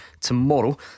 tomorrow